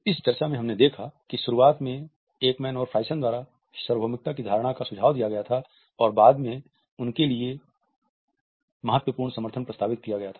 इस चर्चा में हमने देखा कि शुरुआत में एकमैन और फ्राइसन द्वारा सार्वभौमिकता की धारणा का सुझाव दिया गया था और बाद में उनके लिए ए महत्वपूर्ण समर्थन प्रस्तावित किया गया था